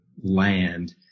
land